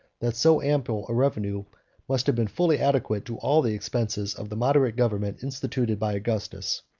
that so ample a revenue must have been fully adequate to all the expenses of the moderate government instituted by augustus,